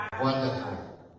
Wonderful